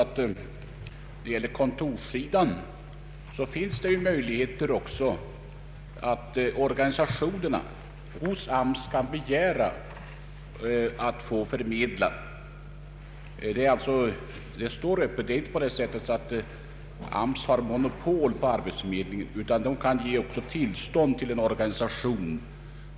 När det gäller kontorssidan finns, såsom redan framhållits, möjligheter för organisationerna att hos AMS begära att få förmedla arbete. Det är inte så att AMS har monopol på arbetsförmedling, utan AMS kan ge tillstånd till en organisation.